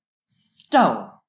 Stone